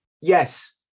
yes